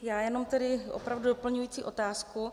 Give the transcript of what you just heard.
Já jenom tedy opravdu doplňující otázku.